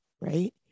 right